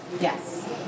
Yes